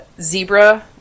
Zebra